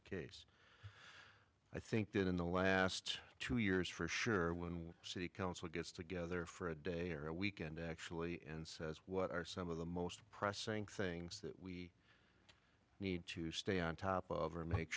the case i think that in the last two years for sure when one city council gets together for a day or a weekend actually and says what are some of the most pressing things that we need to stay on top of